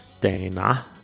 Dana